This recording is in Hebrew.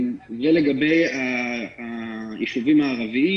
לגבי היישובים הערביים,